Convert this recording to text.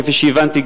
כפי שהבנתי,